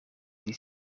die